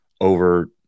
over